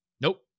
Nope